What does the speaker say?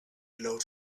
glowed